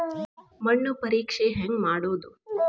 ಮಣ್ಣು ಪರೇಕ್ಷೆ ಹೆಂಗ್ ಮಾಡೋದು?